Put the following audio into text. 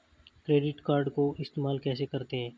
Credit card को इस्तेमाल कैसे करते हैं?